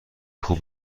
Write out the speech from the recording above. خوب